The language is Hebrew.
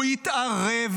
הוא לא התערב.